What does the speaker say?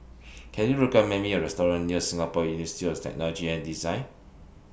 Can YOU recommend Me A Restaurant near Singapore University of Technology and Design